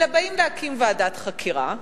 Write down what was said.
אלא באים להקים ועדת חקירה,